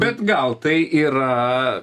bet gal tai yra